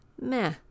meh